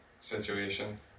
situation